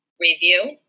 review